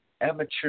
amateur